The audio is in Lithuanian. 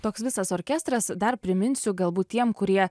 toks visas orkestras dar priminsiu galbūt tiem kurie